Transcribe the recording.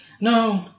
No